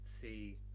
see